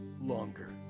longer